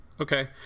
Okay